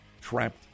trapped